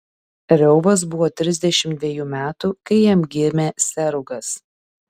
reuvas buvo trisdešimt dvejų metų kai jam gimė serugas